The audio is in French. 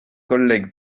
collègues